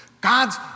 God's